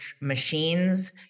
machines